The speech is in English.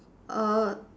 a